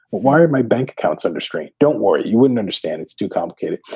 why did my bank accounts under strain? don't worry. you wouldn't understand. it's too complicated.